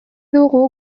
dugu